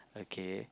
okay